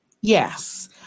yes